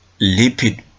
lipid